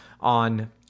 on